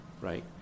Right